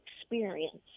experience